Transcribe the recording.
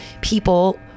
people